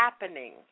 happening